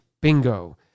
bingo